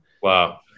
wow